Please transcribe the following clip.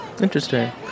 interesting